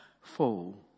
fall